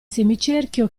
semicerchio